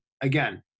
again